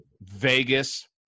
Vegas